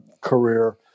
career